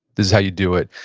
this is how you do it.